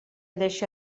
deixa